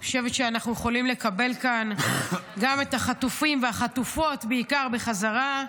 אני חושבת שאנחנו יכולים לקבל כאן גם את החטופים והחטופות בעיקר בחזרה.